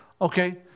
Okay